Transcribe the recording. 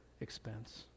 expense